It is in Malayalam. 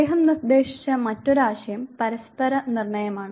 അദ്ദേഹം നിർദ്ദേശിച്ച മറ്റൊരു ആശയം പരസ്പര നിർണ്ണയമാണ്